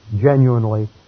genuinely